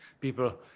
People